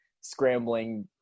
scrambling